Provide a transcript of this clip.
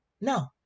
No